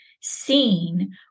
seen